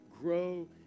grow